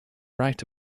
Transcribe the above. write